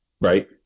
right